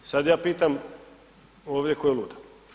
Sad ja pitam ovdje ko je lud?